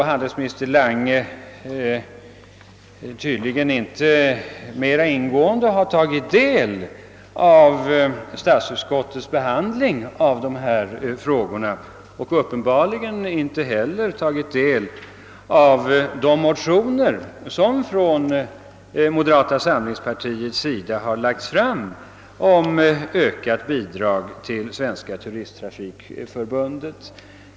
Handelsminister Lange har tydligen inte mera ingående tagit del av statsutskottets behandling av dessa frågor och uppenbarligen inte heller tagit del av de motioner som moderata samlingspartiet lagt fram om ökat bidrag till Svenska turisttrafikförbundet.